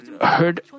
heard